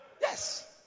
Yes